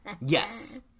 Yes